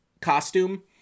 costume